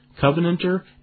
Covenanter